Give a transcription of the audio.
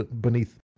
beneath